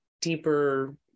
deeper